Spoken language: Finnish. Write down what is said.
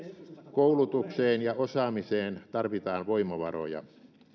koulutukseen ja osaamiseen tarvitaan voimavaroja